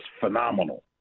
phenomenal